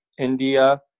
India